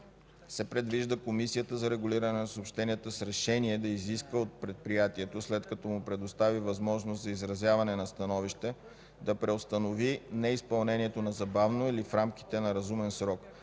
се предвижда Комисията за регулиране на съобщенията с решение да изиска от предприятието, след като му предостави възможност за изразяване на становище, да преустанови неизпълнението незабавно или в рамките на разумен срок.